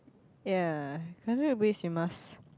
ya contact bridge you must